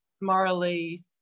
morally